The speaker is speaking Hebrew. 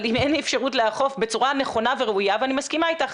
אבל אם אין אפשרות לאכוף בצורה נכונה וראויה ואני מסכימה איתך,